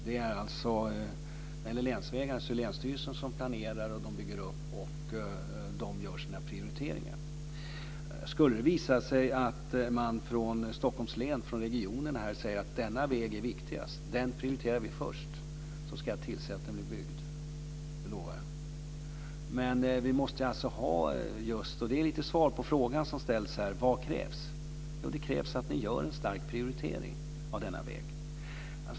När det gäller länsvägarna är det länsstyrelserna som planerar, bygger upp och gör sina prioriteringar. Skulle det visa sig att man från Stockholms län, alltså från regionen, säger att denna väg är viktigast, den prioriterar vi först, så ska jag se till att den blir byggd. Det lovar jag. Som svar på frågan som ställs här om vad som krävs vill jag säga att det krävs en stark prioritering av denna väg.